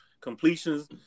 completions